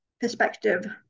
perspective